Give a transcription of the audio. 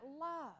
love